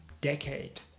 decade